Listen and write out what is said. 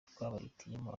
twabahitiyemo